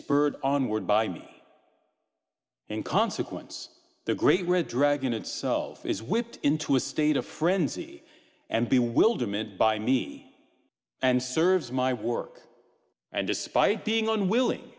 spurred on word by me in consequence the great red dragon itself is whipped into a state of frenzy and be willed emitted by me and serves my work and despite being unwilling